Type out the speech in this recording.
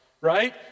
right